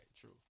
True